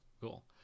Cool